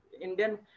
Indian